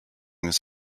this